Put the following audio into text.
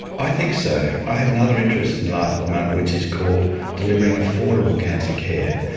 i think so. i have another interest in life at the moment, which is called delivering affordable cancer care.